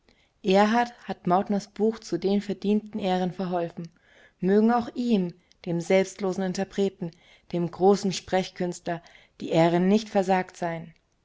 erhard hat mauthners buch zu den verdienten ehren verholfen mögen auch ihm dem selbstlosen interpreten dem großen sprechkünstler die ehren nicht versagt sein